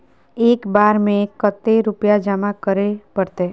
एक बार में कते रुपया जमा करे परते?